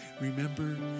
remember